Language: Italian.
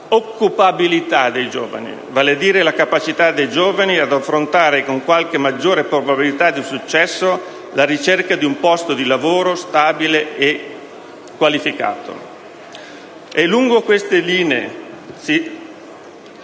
occupabilitadei giovani, vale a dire la capacita dei giovani ad affrontare con maggiore probabilitadi successo la ricerca di un posto di lavoro stabile e qualificato.